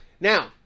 Now